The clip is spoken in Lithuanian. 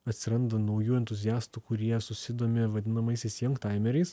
atsiranda naujų entuziastų kurie susidomi vadinamaisiais jang taimeriais